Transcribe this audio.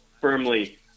firmly